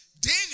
David